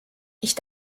ich